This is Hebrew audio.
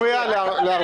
לא להפריע לארבל.